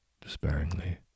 despairingly